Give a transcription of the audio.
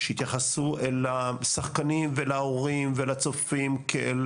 שיתייחסו אל השחקנים ואל ההורים ואל הצופים כאל